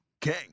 King